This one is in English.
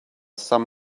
some